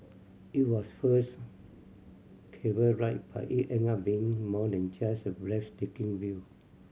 it was first cable ride but it ended up being more than just a breathtaking view